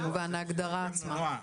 כן, ההגדרה עצמה.